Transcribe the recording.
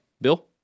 Bill